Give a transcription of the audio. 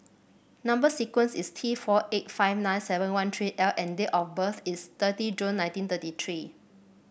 number sequence is T four eight five nine seven one three L and date of birth is thirty June nineteen thirty three